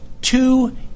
Two